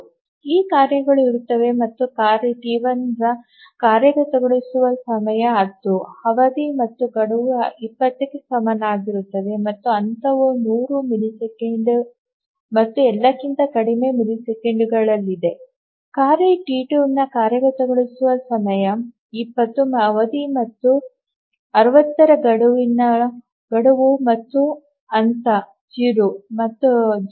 3 ಕಾರ್ಯಗಳು ಇರುತ್ತವೆ ಮತ್ತು ಕಾರ್ಯ ಟಿ1 ರ ಕಾರ್ಯಗತಗೊಳಿಸುವ ಸಮಯ 10 ಅವಧಿ ಮತ್ತು ಗಡುವು 50 ಕ್ಕೆ ಸಮನಾಗಿರುತ್ತದೆ ಮತ್ತು ಹಂತವು 100 ಮಿಲಿಸೆಕೆಂಡ್ ಮತ್ತು ಎಲ್ಲಕ್ಕಿಂತ ಕಡಿಮೆ ಮಿಲಿಸೆಕೆಂಡುಗಳಲ್ಲಿದೆ ಕಾರ್ಯ ಟಿ2 ರ ಕಾರ್ಯಗತಗೊಳಿಸುವ ಸಮಯ 20 ಅವಧಿ ಮತ್ತು 60 ರಲ್ಲಿ ಗಡುವು ಮತ್ತು ಹಂತ 0